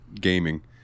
gaming